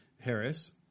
Harris